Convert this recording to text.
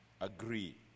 agree